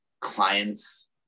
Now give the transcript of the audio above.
clients